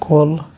کُل